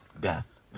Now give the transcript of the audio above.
Death